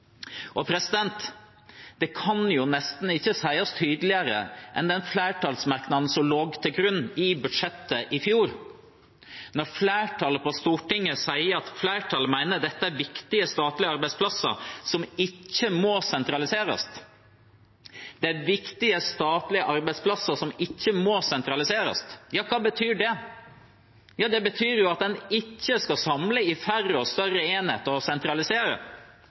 i Helfo. Det kan nesten ikke sies tydeligere enn i den flertallsmerknaden som lå til grunn i budsjettet i fjor, da flertallet på Stortinget sa: «Flertallet mener at dette er viktige statlige arbeidsplasser som ikke må sentraliseres.» Det er viktige statlige arbeidsplasser som ikke må sentraliseres – hva betyr det? Det betyr at en ikke skal samle dem i færre og større enheter og sentralisere.